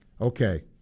Okay